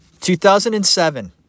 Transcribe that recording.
2007